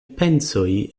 pensoj